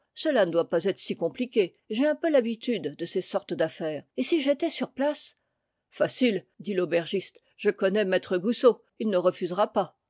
cela ne doit pas être si compliqué j'ai un peu l'habitude de ces sortes d'affaires et si j'étais sur place facile dit l'aubergiste je connais maître goussot il ne refusera pas